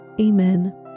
Amen